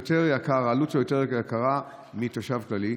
העלות שלו היא יותר יקרה משל תושב כללי,